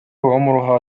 عمرها